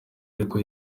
ariko